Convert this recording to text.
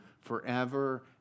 forever